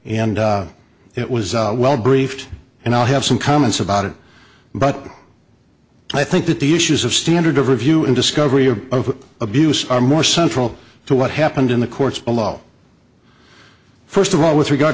and it was well briefed and i'll have some comments about it but i think that the issues of standard of review and discovery of abuse are more central to what happened in the courts below first of all with regard